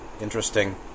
interesting